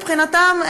מבחינתם,